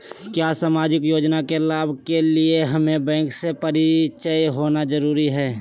क्या सामाजिक योजना के लाभ के लिए हमें बैंक से परिचय होना जरूरी है?